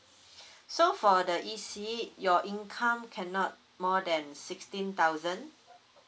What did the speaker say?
so for the E_C your income cannot more than sixteen thousand